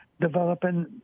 developing